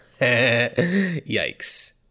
yikes